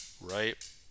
right